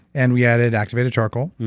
and we added activated charcoal,